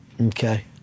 Okay